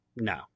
no